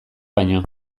baino